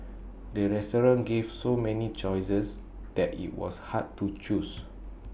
the restaurant gave so many choices that IT was hard to choose